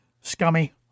scummy